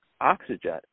oxygen